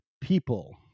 people